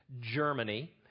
Germany